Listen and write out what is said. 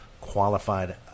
qualified